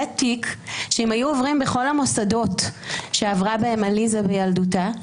זה תיק שאם היו עוברים בכל המוסדות שעברה בהם עליזה בילדותה לכאורה,